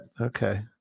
Okay